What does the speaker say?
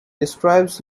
describes